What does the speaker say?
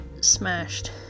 smashed